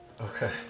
okay